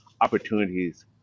opportunities